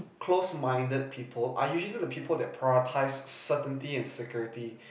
close minded people are usually the people that prioritise certainty and security